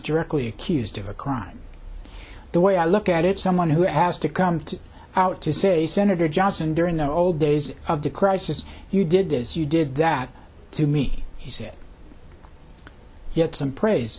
directly accused of a crime the way i look at it someone who has to come to out to say senator johnson during the old days of the crisis you did this you did that to me he said you had some praise